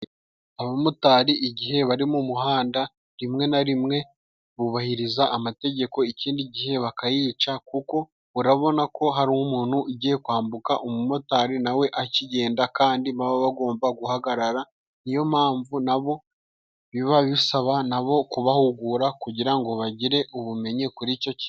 Abamotari igihe bari mu muhanda rimwe na rimwe bubahiriza amategeko ikindi gihe bakayica, kuko urabona ko hari umuntu ugiye kwambuka umumotari nawe akigenda, kandi baba bagomba guhagarara. Niyompamvu na bo biba bisaba na bo kubahugura kugira ngo bagire ubumenyi kuri icyo kintu.